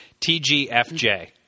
TGFJ